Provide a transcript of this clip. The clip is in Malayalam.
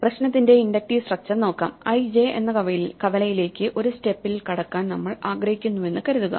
പ്രശ്നത്തിന്റെ ഇൻഡക്റ്റീവ് സ്ട്രക്ച്ചർ നോക്കാം i j എന്ന കവലയിലേക്ക് ഒരു സ്റ്റെപ്പിൽ കടക്കാൻ നമ്മൾ ആഗ്രഹിക്കുന്നുവെന്ന് കരുതുക